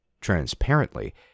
transparently